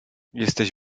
jesteś